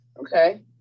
okay